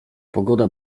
pogoda